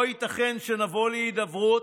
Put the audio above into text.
לא ייתכן שנבוא להידברות,